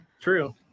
true